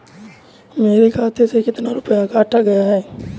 मेरे खाते से कितना रुपया काटा गया है?